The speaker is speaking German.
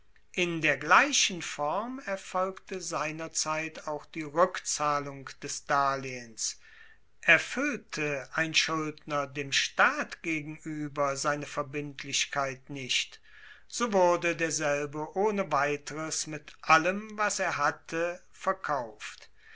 in der gleichen form erfolgte seinerzeit auch die rueckzahlung des darlehens erfuellte ein schuldner dem staat gegenueber seine verbindlichkeit nicht so wurde derselbe ohne weiteres mit allem was er hatte verkauft